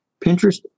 Pinterest